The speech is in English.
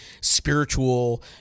spiritual